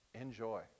enjoy